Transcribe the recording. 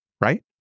right